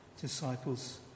disciples